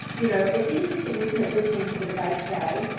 you know, it's interesting isn't it listening to the debate today.